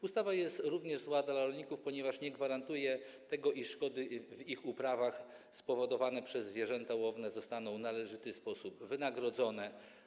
Ustawa jest również zła dla rolników, ponieważ nie gwarantuje tego, iż szkody w ich uprawach spowodowane przez zwierzęta łowne zostaną w należyty sposób wynagrodzone.